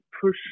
push